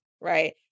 right